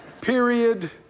Period